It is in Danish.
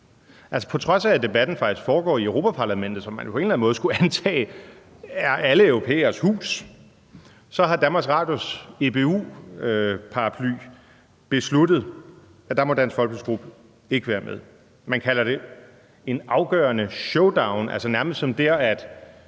med. På trods af at debatten faktisk foregår i Europa-Parlamentet, som man på en eller anden måde skulle antage er alle europæeres hus, så har DR's EBU-paraply besluttet, at der må Dansk Folkepartis gruppe ikke være med. Man kalder det en afgørende showdown – nærmest som der,